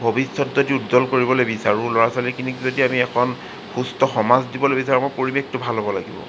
ভৱিষ্যত যদি উজ্জ্বল কৰিবলৈ বিচাৰোঁ ল'ৰা ছোৱাকীখিনিক যদি আমি এখন সুস্থ সমাজ দিবলৈ বিচাৰোঁ আমাৰ পৰিৱেশটো ভাল হ'ব লাগিব